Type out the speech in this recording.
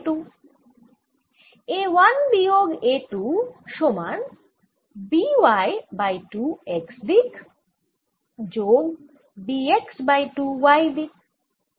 A 1 বিয়োগ A 2 সমান B y by 2 x দিক যোগ B x বাই 2 y দিক